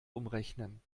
umrechnen